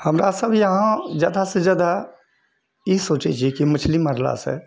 हमरा सब इहाँ ज्यादासऽ ज्यादा ई सोचै छियै कि मछली मारलासऽ